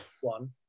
one